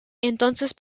entonces